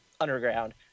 underground